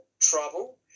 trouble